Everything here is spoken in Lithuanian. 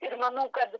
ir manau kad